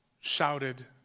shouted